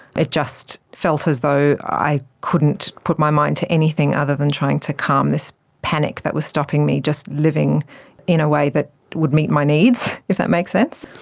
it just felt as though i couldn't put my mind to anything other than trying to calm this panic that was stopping me just living in a way that would meet my needs, if that makes sense.